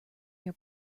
your